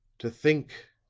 to think,